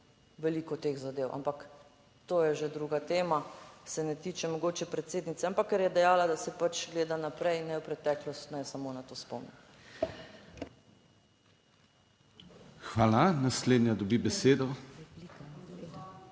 veliko teh zadev, ampak to je že druga tema, se ne tiče mogoče predsednice. Ampak ker je dejala, da se pač gleda naprej in ne v preteklost - naj samo na to spomnim. **PODPREDSEDNIK DANIJEL